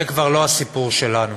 זה כבר לא הסיפור שלנו.